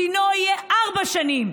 דינו יהיה ארבע שנים,